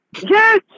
Yes